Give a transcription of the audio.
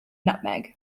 nutmeg